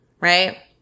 right